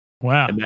Wow